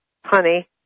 honey